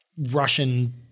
Russian